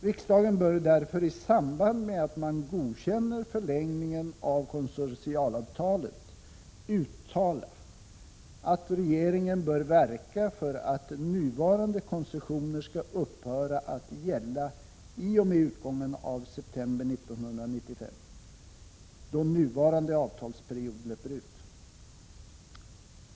Riksdagen bör därför, i samband med att man godkänner en förlängning av konsortialavtalet, uttala att regeringen bör verka för att nuvarande koncessioner skall upphöra att gälla i och med utgången av september 1995, då nuvarande avtalsperiod löper ut.